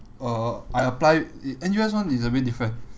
uh I apply N_U_S one is a bit different